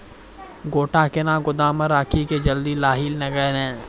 गोटा कैनो गोदाम मे रखी की जल्दी लाही नए लगा?